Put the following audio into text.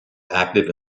active